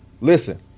listen